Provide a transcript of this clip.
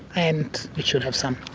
and we should have some.